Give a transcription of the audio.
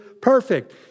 perfect